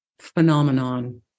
phenomenon